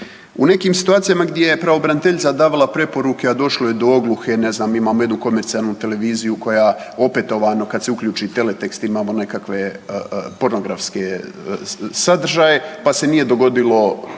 U nekim situacijama gdje je pravobraniteljica davala preporuke, a došlo je do ogluhe, ne znam imamo jednu komercijalnu televiziju koja opetovano kad se uključi teletekst imamo nekakve pornografske sadržaje pa se nije dogodilo